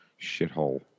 shithole